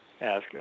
ask